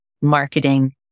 marketing